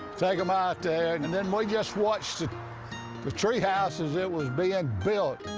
take em out there, and and then we just watched the treehouse as it was being built.